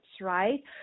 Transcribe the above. right